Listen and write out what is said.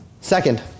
Second